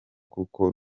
kuko